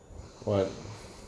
what